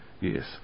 Yes